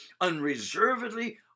unreservedly